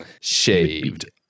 Shaved